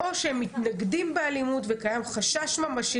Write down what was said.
או שהם מתנגדים באלימות וקיים חשש ממשי